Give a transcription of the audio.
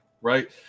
right